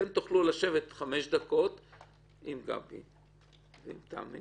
אתם תוכלו לשבת חמש דקות עם גבי ועם תמי